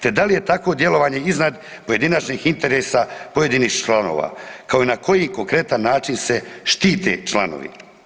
Te da li je takvo djelovanje iznad pojedinačnih interesa pojedinih članova kao i na koji konkretan način se štite članovi?